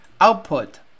Output